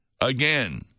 again